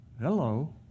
Hello